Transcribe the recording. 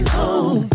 home